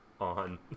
On